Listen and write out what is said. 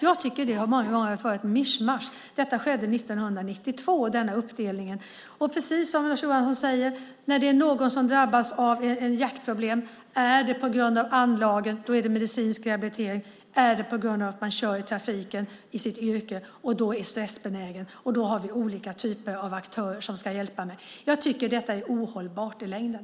Jag tycker att det många gånger har varit ett mischmasch. Den här uppdelning skedde 1992. Det är precis som Lars Johansson säger om när någon drabbas av hjärtproblem: Sker det på grund av anlag så är det medicinsk rehabilitering som gäller, men det är annorlunda om det sker på grund av att man kör i trafiken i sitt yrke och är stressbenägen. Vi har alltså olika typer av aktörer som ska hjälpa till. Jag tycker att detta är ohållbart i längden.